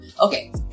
Okay